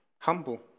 humble